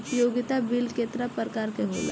उपयोगिता बिल केतना प्रकार के होला?